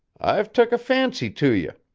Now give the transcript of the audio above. i've took a fancy to ye.